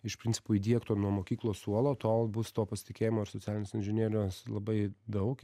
iš principo įdiegto nuo mokyklos suolo tol bus to pasitikėjimo ir socialinės inžinerijos labai daug